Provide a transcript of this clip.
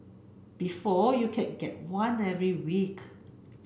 before you could get one every week